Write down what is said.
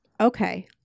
Okay